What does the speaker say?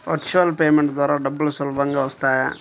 Virtual payment ద్వారా డబ్బులు సులభంగా వస్తాయా?